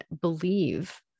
believe